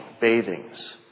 bathings